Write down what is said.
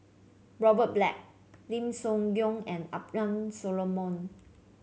Robert Black Lim Soo Ngee and Abraham Solomon